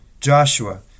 Joshua